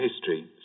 history